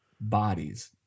bodies